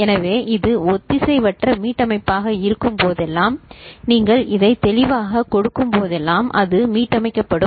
எனவே இது ஒத்திசைவற்ற மீட்டமைப்பாக இருக்கும்போதெல்லாம் எனவே நீங்கள் இதைத் தெளிவாகக் கொடுக்கும் போதெல்லாம் அது மீட்டமைக்கப்படும்